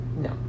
No